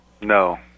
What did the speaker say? No